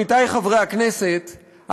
עמיתי חברי הכנסת,